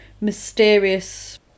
mysterious